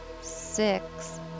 six